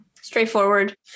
Straightforward